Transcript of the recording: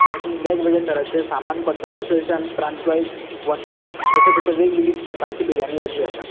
तातून वेगवेगळ्या तरांचे सामान पडटा जशें जशें आमी प्रांतवायज वतात तशें तशें वेग वेगळी प्रकारची बिर्याणी जाल्ली आसा